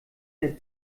der